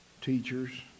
teachers